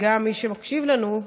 וגם למי שמקשיב לנו: